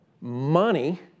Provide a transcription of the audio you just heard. money